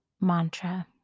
mantra